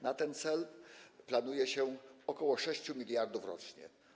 Na ten cel planuje się ok. 6 mld. rocznie.